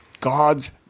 God's